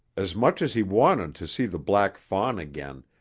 as much as he wanted to see the black fawn again,